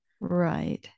right